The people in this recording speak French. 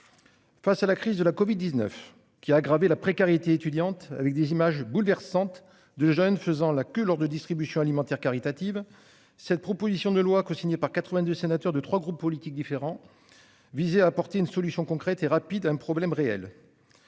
Face à la crise de la Covid 19 qui a aggravé la précarité étudiante, avec des images bouleversantes de jeunes faisant la queue lors de distributions alimentaires caritative. Cette proposition de loi, cosignée par 82 sénateur de 3 groupes politiques différents. Visait à apporter une solution concrète et rapide. Un problème réel.